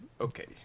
Okay